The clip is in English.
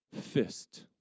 fist